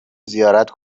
زیارت